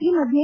ಈ ಮಧ್ಯೆ